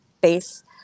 base